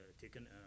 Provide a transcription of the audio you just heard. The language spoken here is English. taken